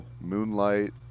Moonlight